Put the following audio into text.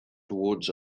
towards